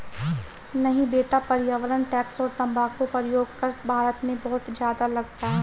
नहीं बेटा पर्यावरण टैक्स और तंबाकू प्रयोग कर भारत में बहुत ज्यादा लगता है